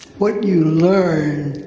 what you learned